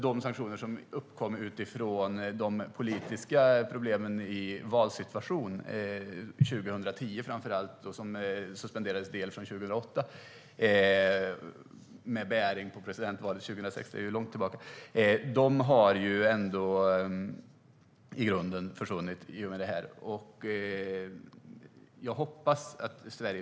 De sanktioner som uppkom utifrån de politiska problemen i valsituationen, framför allt 2010 och som delvis suspenderades från 2008 med bäring på presidentvalet 2006, har ändå i grunden försvunnit i och med det här.